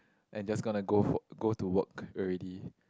and just gonna go for go to work already